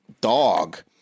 dog –